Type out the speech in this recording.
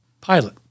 pilot